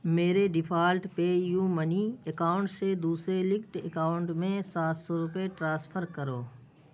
میرے default PayUmoney account سے دوسرے لنکڈ اکاؤنٹ میں سات سو روپے ٹرانسفر کرو